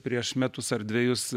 prieš metus ar dvejus